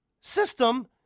system